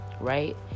right